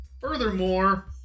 Furthermore